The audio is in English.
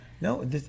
No